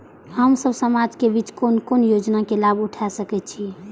हम सब समाज के बीच कोन कोन योजना के लाभ उठा सके छी?